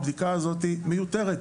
הבדיקה הזאת מיותרת.